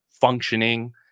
functioning